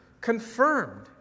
confirmed